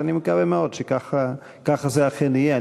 אני מקווה מאוד שככה אכן יהיה.